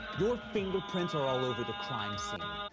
your fingerprints are all over the crime scene.